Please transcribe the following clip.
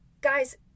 guys